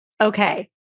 Okay